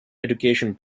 education